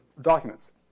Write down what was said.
documents